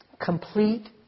complete